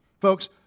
Folks